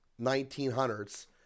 1900s